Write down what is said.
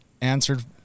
answered